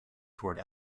toward